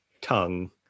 tongue